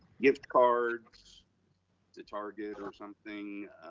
gift cards to target or something